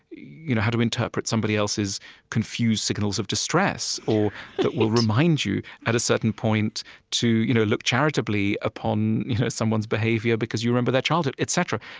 you know how to interpret somebody else's confused signals of distress, or that will remind you at a certain point to you know look charitably upon someone's behavior because you remember their childhood, etc?